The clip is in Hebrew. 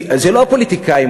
זה לא הפוליטיקאים.